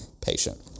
patient